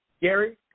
Gary